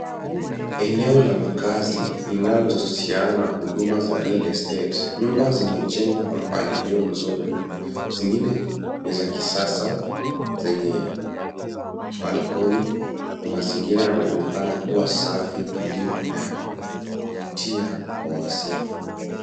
Eneo la makaazi linalohusiana na huduma za real estate, nyumba zimejengwa kwa mpangilio mzuri. Zingine ni za kisasa zenye balcony na mazingira yanaonekana kuwa safi, tulivu na ya kuvutia kwa wasia.